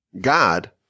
God